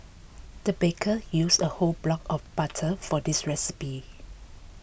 the baker used a whole block of butter for this recipe